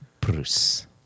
Bruce